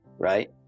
Right